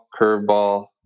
curveball